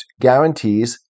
guarantees